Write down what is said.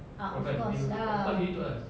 ah of course lah